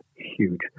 Huge